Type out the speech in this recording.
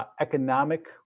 Economic